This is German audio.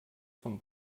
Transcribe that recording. vom